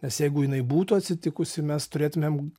nes jeigu jinai būtų atsitikusi mes turėtumėm